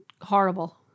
Horrible